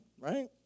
right